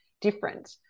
different